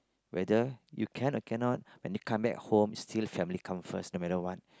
whether you can or cannot when you come back home still family come first no matter what